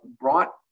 brought